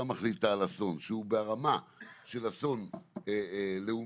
מחליטה על אסון ברמה של אסון לאומי-הפתעתי,